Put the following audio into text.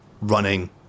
running